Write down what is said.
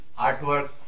artwork